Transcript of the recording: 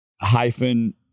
hyphen